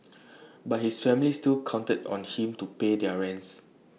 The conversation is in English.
but his family still counted on him to pay their rents